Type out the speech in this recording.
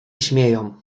śmieją